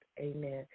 Amen